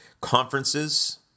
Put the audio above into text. Conferences